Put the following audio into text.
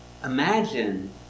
Imagine